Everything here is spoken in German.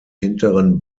hinteren